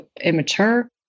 immature